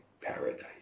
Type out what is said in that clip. paradise